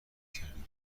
کردم